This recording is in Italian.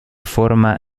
forma